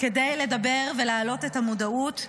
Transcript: כדי לדבר ולהעלות את המודעות,